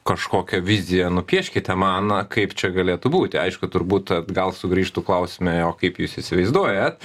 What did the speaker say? kažkokią viziją nupieškite mano kaip čia galėtų būti aišku turbūt atgal sugrįžtų klausime o kaip jūs įsivaizduojat